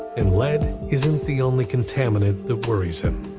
and lead isn't the only contaminate that worries him.